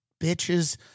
bitches